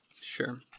sure